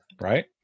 Right